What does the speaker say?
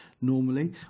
normally